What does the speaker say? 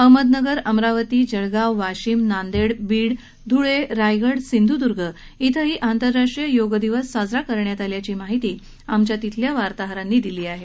अहमदनगरअमरावतीजळगाववाशिमनांदेड बीडधुळेरायगड सिंधुद्र्ग शिंही आंतरराष्ट्रीय योग दिवस साजरा करण्यात आल्याची माहिती आमच्या वार्ताहरांनी दिली आहे